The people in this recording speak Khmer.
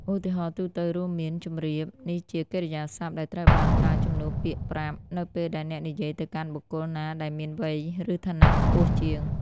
ឧទាហរណ៍ទូទៅរួមមាន ជម្រាប នេះជាកិរិយាសព្ទដែលត្រូវបានប្រើជំនួសពាក្យ ប្រាប់ នៅពេលដែលអ្នកនិយាយទៅកាន់បុគ្គលណាដែលមានវ័យ ឬឋានៈខ្ពស់ជាង។